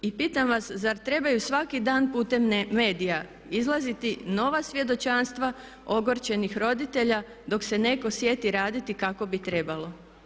I pitam vas zar trebaju svaki dan putem medija izlaziti nova svjedočanstva ogorčenih roditelja dok se netko sjeti raditi kako bi trebalo?